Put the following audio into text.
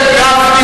הישיבות הקטנות,